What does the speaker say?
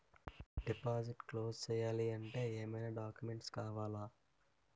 Deposit close చేయాలి అంటే ఏమైనా డాక్యుమెంట్స్ కావాలా?